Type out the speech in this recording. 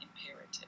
imperative